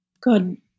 Good